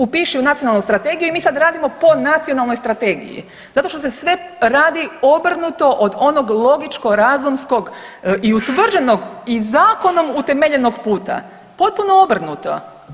Upiši u nacionalnu strategiju i mi sad radimo po nacionalnoj strategiji zato što se sve radi obrnuto od onog logičko razumskog i utvrđenog i zakonom utemeljenog puta potpuno obrnuto.